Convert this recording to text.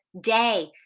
day